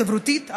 חברותית,